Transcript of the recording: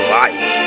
life